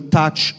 touch